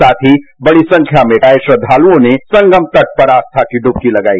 साथ ही बड़ी संख्या में आए श्रद्वालुओं ने संगम तट पर आस्था की डुबकी लगाई